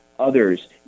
others